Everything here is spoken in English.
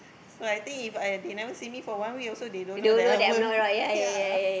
so I think If I they never send me for one week also they don't know that I won't ya